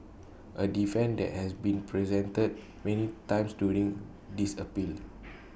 A defence that has been presented many times during this appeal